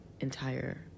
entire